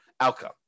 outcome